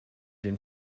den